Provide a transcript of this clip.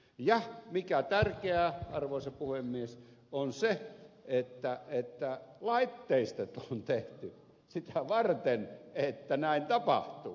ja mikä tärkeää arvoisa puhemies on se että laitteistot on tehty sitä varten että näin tapahtuu